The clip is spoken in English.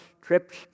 trips